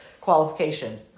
qualification